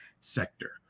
sector